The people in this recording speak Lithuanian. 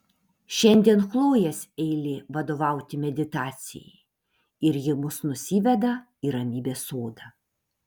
šiandien chlojės eilė vadovauti meditacijai ir ji mus nusiveda į ramybės sodą